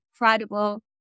incredible